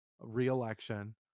re-election